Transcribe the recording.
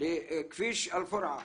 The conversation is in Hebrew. כביש אל פורעה